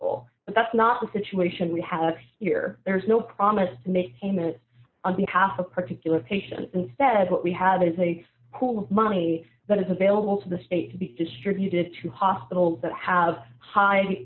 eligible but that's not the situation we have here there is no promise to make payments on behalf of particular patients instead what we have is a pool of money that is available to the state to be distributed to hospitals that have hi